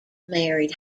married